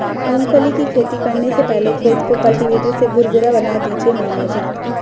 मूंगफली की खेती करने से पहले खेत को कल्टीवेटर से भुरभुरा बना दीजिए मामा जी